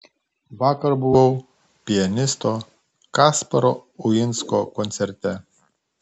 vakar buvau pianisto kasparo uinsko koncerte